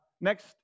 next